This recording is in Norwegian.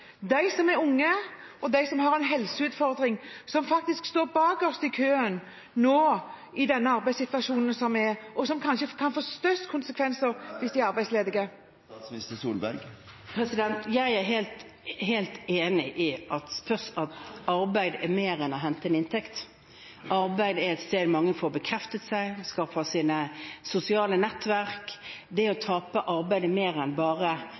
de som er unge, og de som har en helseutfordring – som står bakerst i køen nå i den arbeidssituasjonen som er, og som det kanskje kan få størst konsekvenser for hvis de er arbeidsledige? Jeg er helt enig i at arbeid er mer enn å hente en inntekt. Arbeid er et sted mange får bekreftelse og skaffer seg sosiale nettverk. Det å tape arbeid er mer enn bare